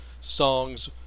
songs